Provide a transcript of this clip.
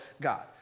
God